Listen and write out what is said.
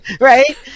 right